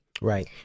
Right